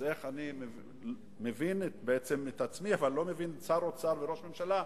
אני בעצם מבין את עצמי אבל לא מבין את שר האוצר וראש הממשלה,